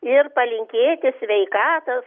ir palinkėti sveikatos